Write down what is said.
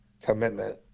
commitment